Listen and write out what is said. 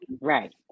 right